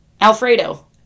Alfredo